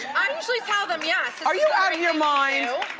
i usually tell them yes. are you out of your mind?